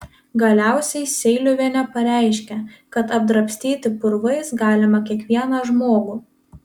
galiausiai seiliuvienė pareiškė kad apdrabstyti purvais galima kiekvieną žmogų